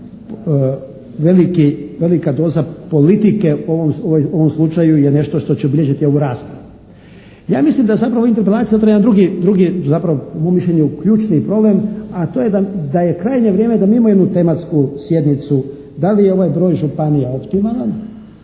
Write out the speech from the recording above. velika doza politike u ovom slučaju je nešto što će bilježiti ovu raspravu. Ja mislim da zapravo u ovoj interpelaciji postoji jedan drugi po mom mišljenju ključni problem a to je da je krajnje vrijeme da mi imamo jednu tematsku sjednicu da li je ovaj broj županija optimalan,